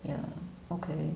ya okay